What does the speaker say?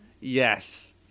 Yes